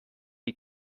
die